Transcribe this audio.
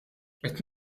qed